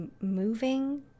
moving